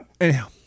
anyhow